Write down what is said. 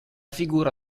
figura